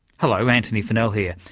hello, antony funnell here,